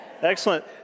Excellent